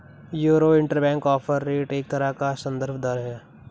euro interbank offer rate एक तरह का सन्दर्भ दर है